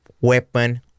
weapon